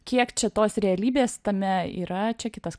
kiek čia tos realybės tame yra čia kitas